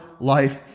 life